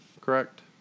correct